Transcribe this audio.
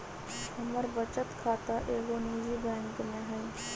हमर बचत खता एगो निजी बैंक में हइ